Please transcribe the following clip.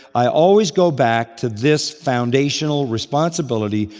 i always go back to this foundational responsibility,